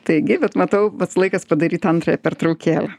taigi bet matau pats laikas padaryt antrąją pertraukėlę